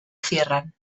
cierran